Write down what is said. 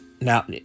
now